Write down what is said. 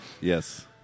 Yes